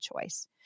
choice